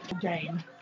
game